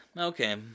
Okay